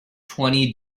twenty